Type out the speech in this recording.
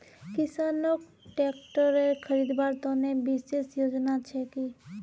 किसानोक ट्रेक्टर खरीदवार तने विशेष योजना छे कि?